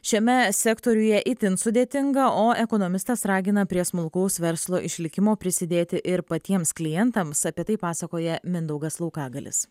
šiame sektoriuje itin sudėtinga o ekonomistas ragina prie smulkaus verslo išlikimo prisidėti ir patiems klientams apie tai pasakoja mindaugas laukagalis